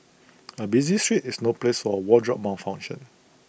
A busy street is no place for A wardrobe malfunction